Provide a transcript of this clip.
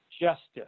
justice